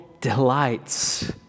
delights